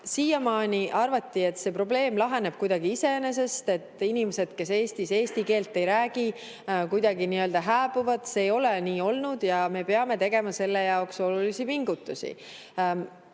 Siiamaani arvati, et see probleem laheneb kuidagi iseenesest ja et inimesed, kes Eestis eesti keelt ei räägi, kuidagi nii-öelda hääbuvad. See ei ole nii läinud ja me peame siin tegema olulisi pingutusi.